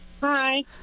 Hi